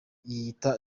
yiyita